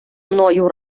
мною